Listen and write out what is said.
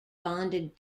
bonded